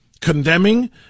condemning